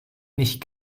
nicht